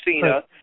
Cena